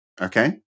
okay